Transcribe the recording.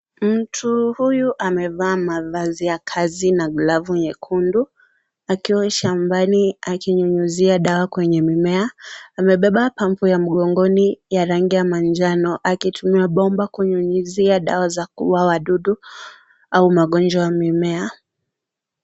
Mtu huyu amevaa mavazi ya kazi na glavu nyekundu akiwa shambani akinyunyuzia dawa kwenye mimea, amebeba pampu ya mgongoni ya rangi ya manjano akichuna bomba kunyunyizia dawa za kuuwa wadudu au magonjwa ya mimea.